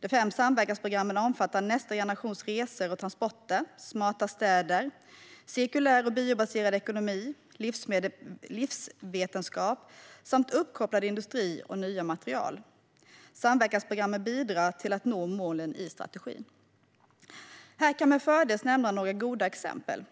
De fem samverkansprogrammen omfattar nästa generations resor och transporter, smarta städer, cirkulär och biobaserad ekonomi, livsvetenskap samt uppkopplad industri och nya material. Samverkansprogrammen bidrar till att nå målen i strategin. Här kan med fördel nämnas några goda exempel